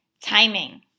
timing